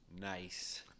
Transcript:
Nice